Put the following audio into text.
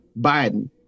Biden